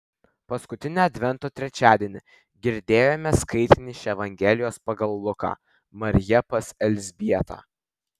paskutinį advento trečiadienį girdėjome skaitinį iš evangelijos pagal luką marija pas elzbietą